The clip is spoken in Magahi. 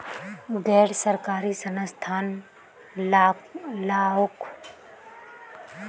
गैर सरकारी संस्थान लाओक देशोक चलवात अहम् रोले अदा करवा होबे